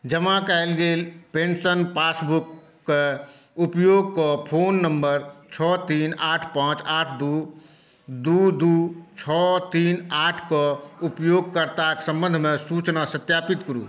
जमा कयल गेल पेंशन पासबुक क उपयोग कऽ फोन नंबर छओ तीन आठ पाँच आठ दू दू दू छओ तीन आठक उपयोगकर्ताकेॅं संबंधमे सूचना सत्यापित करू